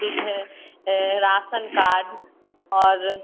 बिद है ration card और